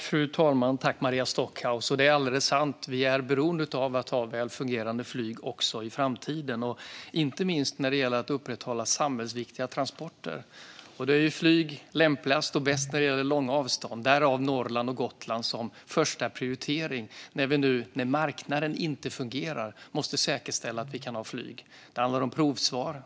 Fru talman! Det är alldeles sant att vi är beroende av att ha väl fungerande flyg också i framtiden, inte minst när det gäller att upprätthålla samhällsviktiga transporter. Flyg är lämpligast och bäst när det gäller långa avstånd. Därav Norrland och Gotland som första prioritering då vi nu när marknaden inte fungerar måste säkerställa att vi har flyg. Det handlar om provsvar.